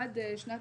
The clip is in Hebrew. עד שנת